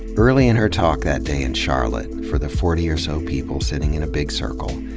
early in her talk that day in charlotte, for the forty or so people sitting in a big circle,